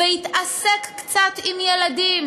והתעסק קצת עם ילדים